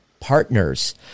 partners